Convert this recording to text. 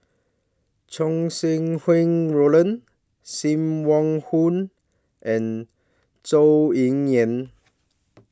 Chow Sau Hui Roland SIM Wong Hoo and Zhou Ying Yan